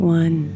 one